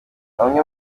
bamwe